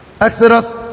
Exodus